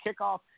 kickoff